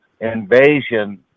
invasion